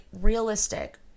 realistic